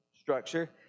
structure